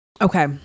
okay